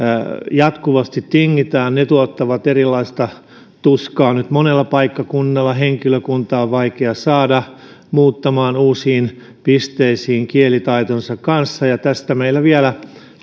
jatkuvasti tingitään ne tuottavat nyt erilaista tuskaa monella paikkakunnalla henkilökuntaa on vaikea saada muuttamaan uusiin pisteisiin kielitaitonsa kanssa tästä meillä vielä